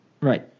Right